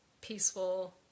peaceful